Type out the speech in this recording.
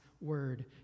word